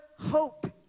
hope